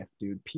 dude